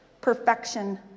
perfection